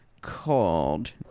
called